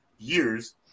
Years